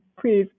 please